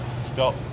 stop